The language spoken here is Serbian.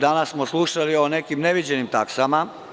Danas smo slušali o nekim neviđenim taksama.